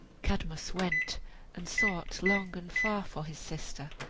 cadmus went and sought long and far for his sister,